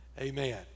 Amen